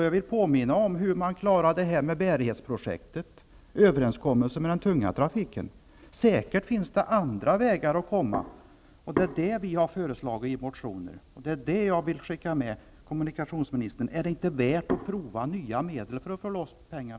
Jag vill påminna om hur bärighetsprojektet slutfördes, dvs. överenskommelsen om den tunga trafiken. Det finns säkert andra sätt, och det är det vi har föreslagit i motioner. Är det inte värt att prova nya medel för att få loss pengar?